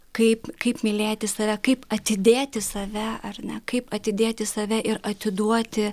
kaip kaip mylėti save kaip atidėti save ar ne kaip atidėti save ir atiduoti